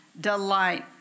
delight